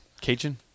Cajun